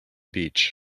beach